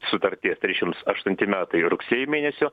sutarties trisdešimts aštunti metai rugsėjo mėnesio